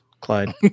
Clyde